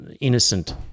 innocent